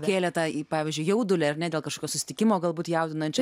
kėlė tą į pavyzdžiui jaudulį ar ne dėl kašokio susitikimo galbūt jaudinančio